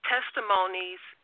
Testimonies